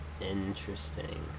Interesting